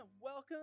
welcome